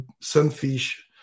sunfish